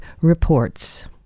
reports